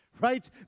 right